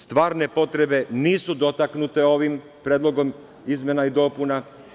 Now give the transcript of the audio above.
Stvarne potrebe nisu dotaknute ovim predlogom izmena i dopuna.